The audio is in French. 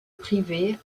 privée